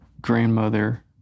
grandmother